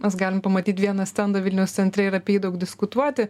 mes galim pamatyt vieną stendą vilniaus centre ir apie jį daug diskutuoti